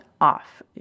off